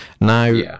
Now